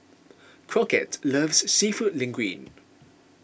Crockett loves Seafood Linguine